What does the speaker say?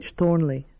Thornley